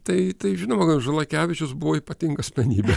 tai tai žinoma kad žalakevičius buvo ypatinga asmenybė